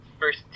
first